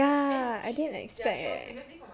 ya I didn't expect eh